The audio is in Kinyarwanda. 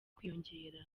kwiyongera